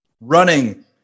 running